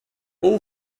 all